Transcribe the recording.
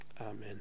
Amen